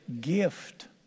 gift